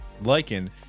lichen